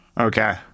Okay